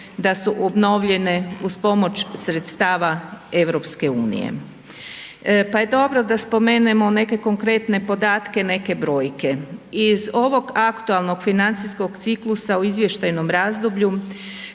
da su obnovljene uz pomoć sredstava EU. Pa je dobro da spomenemo neke konkretne podatke, neke brojke. Iz ovog aktualnog financijskog ciklusa u izvještajnom razdoblju